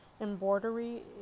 embroidery